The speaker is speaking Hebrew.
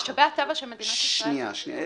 משאבי הטבע של מדינת ישראל --- שנייה, שנייה.